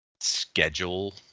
Schedule